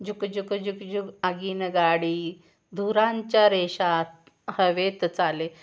झुक झुक झुक जु आगीन गाडी धुरांच्या रेषात हवेत चाले